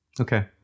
Okay